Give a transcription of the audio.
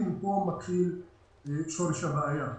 לדעתי, פה שורש הבעיה.